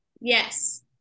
Yes